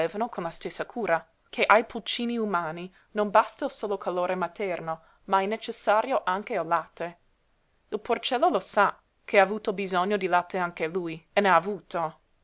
non sanno poi che ai pulcini umani non basta il solo calore materno ma è necessario anche il latte il porcello lo sa che ha avuto bisogno di latte anche lui e n'ha avuto oh ne ha avuto